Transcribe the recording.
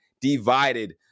divided